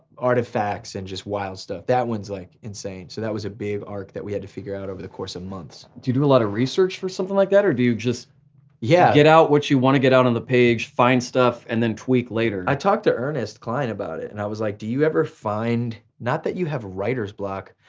artifacts, and just wild stuff. that one's like insane, so that was a big arc that we had to figure out over the course of months. do you do a lot of research for something like that or do you just yeah get out what you want to get out on the page and stuff and then tweak later? i talked to ernest cline about it and i was like do you ever find not that you have writer's block,